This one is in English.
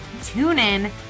TuneIn